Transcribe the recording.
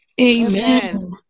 Amen